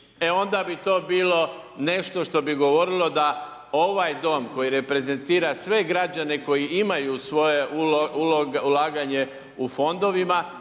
e onda bi to bilo nešto što bi govorilo da ovaj dom koji reprezentira sve građane koji imaju svoje ulaganje u fondovima